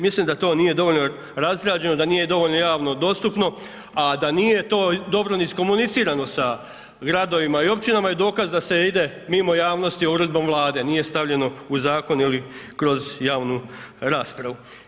Mislim da to nije dovoljno razrađeno, da nije dovoljno javno dostupno, a da nije to dobro ni iskomunicirano sa gradovima i općinama, i dokaz da se ide mimo javnosti Uredbom Vlade, nije stavljeno u Zakon ili kroz javnu raspravu.